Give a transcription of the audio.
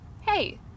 Hey